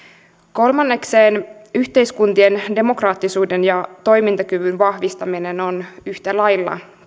kolmanneksi yhteiskuntien demokraattisuuden ja toimintakyvyn vahvistaminen on yhtä lailla